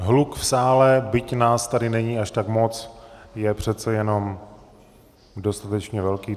Hluk v sále, byť nás tady není až tak moc, je přece jenom dostatečně velký.